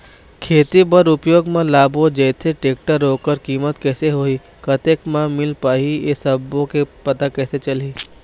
खेती बर उपयोग मा लाबो जाथे जैसे टेक्टर ओकर कीमत कैसे होही कतेक बचत मा मिल पाही ये सब्बो के पता कैसे चलही?